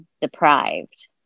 deprived